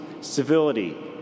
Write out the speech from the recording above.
civility